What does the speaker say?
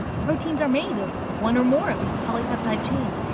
proteins are made of one or more of these polypeptide chains,